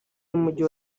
n’umujyi